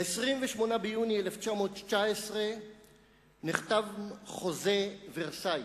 ב-28 ביוני 1918 נחתם חוזה ורסאי: